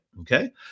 okay